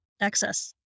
access